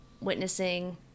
witnessing